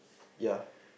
ya